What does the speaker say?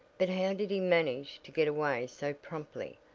but how did he manage to get away so promptly?